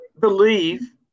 believe